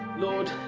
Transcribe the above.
lord,